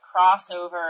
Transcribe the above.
crossover